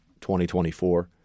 2024